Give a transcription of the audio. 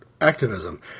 activism